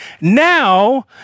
now